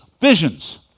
Visions